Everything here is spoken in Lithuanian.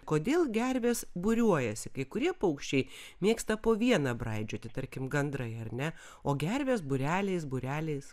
kodėl gervės būriuojasi kai kurie paukščiai mėgsta po vieną braidžioti tarkim gandrai ar ne o gervės būreliais būreliais